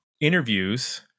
interviews